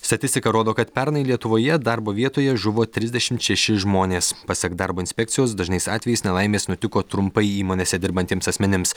statistika rodo kad pernai lietuvoje darbo vietoje žuvo trisdešimt šeši žmonės pasak darbo inspekcijos dažnais atvejais nelaimės nutiko trumpai įmonėse dirbantiems asmenims